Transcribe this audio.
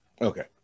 Okay